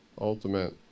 ultimate